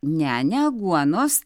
ne ne aguonos